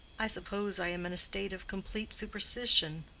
i suppose i am in a state of complete superstition,